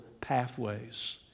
pathways